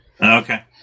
Okay